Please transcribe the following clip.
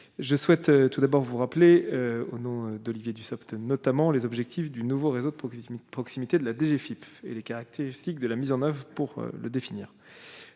je souhaite tout d'abord vous rappeler au nom d'Olivier Dussopt notamment les objectifs du nouveau réseau de proximité, proximité de la DGFIP et les caractéristiques de la mise en 9 pour le définir